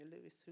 Lewis